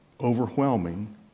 overwhelming